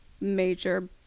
major